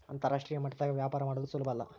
ಅಂತರಾಷ್ಟ್ರೀಯ ಮಟ್ಟದಾಗ ವ್ಯಾಪಾರ ಮಾಡದು ಸುಲುಬಲ್ಲ